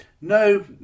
no